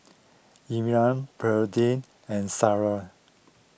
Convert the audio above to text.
Elmyra Berdie and Selah